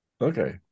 Okay